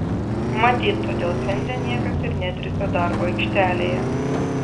matyt todėl šiandien niekas ir netriūsia darbo aikštelėje